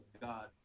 God